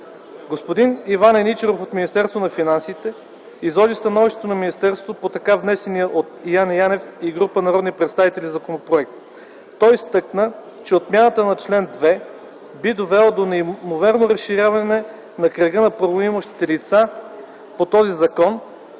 Господин Иван Еничаров от Министерство на финансите изложи становището на министерство по така внесения от Яне Янев и група народни представители законопроект. Той изтъкна, че отмяната на член 2 би довела до неимоверно разширяване на кръга на правоимащите лица по този закон